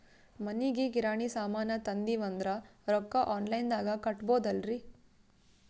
ಮನಿಗಿ ಕಿರಾಣಿ ಸಾಮಾನ ತಂದಿವಂದ್ರ ರೊಕ್ಕ ಆನ್ ಲೈನ್ ದಾಗ ಕೊಡ್ಬೋದಲ್ರಿ?